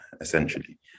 essentially